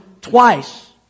twice